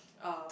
uh